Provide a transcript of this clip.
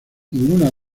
ninguna